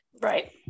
Right